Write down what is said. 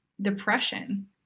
depression